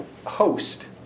host